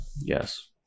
Yes